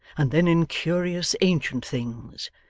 and then in curious ancient things.